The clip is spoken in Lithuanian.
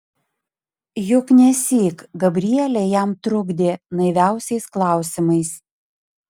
juk nesyk gabrielė jam trukdė naiviausiais klausimais